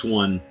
one